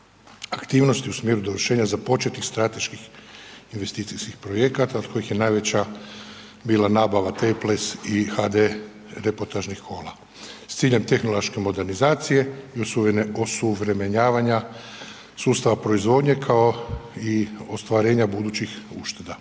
aktivnosti u smjeru dovršenja započetih strateških investicijskih projekata od kojih je najveća bila nabava temples i HD reportažnih kola s ciljem tehnološke modernizacije i osuvremenjavanja sustava proizvodnje kao i ostvarenja budućih ušteda.